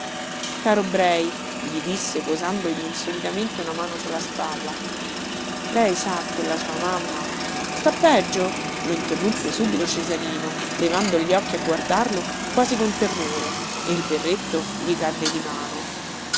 caro brei gli disse posandogli insolitamente una mano su la spalla lei sa che la sua mamma sta peggio lo interruppe subito cesarino levando gli occhi a guardarlo quasi con terrore e il berretto gli cadde di mano